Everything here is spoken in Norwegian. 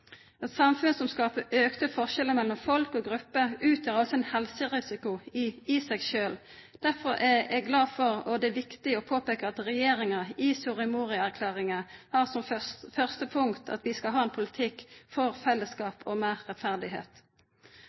Et samfunn som skaper økte forskjeller mellom folk og grupper, utgjør altså en helserisiko i seg selv. Derfor er jeg glad for – og det er det viktig å påpeke – at regjeringen i Soria Moria-erklæringen har som første punkt at vi skal ha en politikk for fellesskap og mer rettferdighet.